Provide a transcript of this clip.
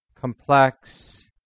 complex